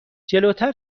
جلوتر